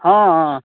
हँ हँ